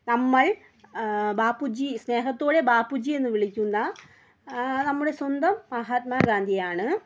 നമ്മൾ ബാപ്പുജി സ്നേഹത്തോടെ ബാപ്പുജി എന്ന് വിളിക്കുന്ന നമ്മുടെ സ്വന്തം മഹാത്മാഗാന്ധിയാണ്